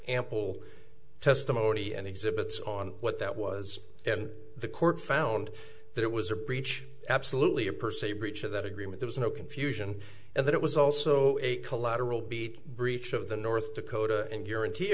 ample testimony and exhibits on what that was and the court found that it was a breach absolutely a per se breach of that agreement there was no confusion and that it was also a collateral beat breach of the north dakota and